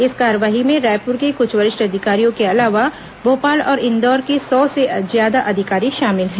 इस कार्रवाई में रायपुर के कुछ वरिष्ठ अधिकारियों के अलावा भोपाल और इंदौर के सौ से ज्यादा अधिकारी शामिल हैं